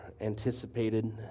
anticipated